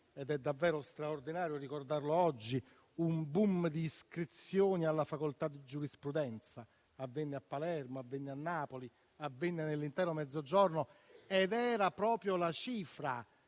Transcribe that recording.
ed è davvero straordinario ricordarlo oggi - un boom di iscrizioni alla facoltà di giurisprudenza: avvenne a Palermo, a Napoli e nell'intero Mezzogiorno. Era proprio la cifra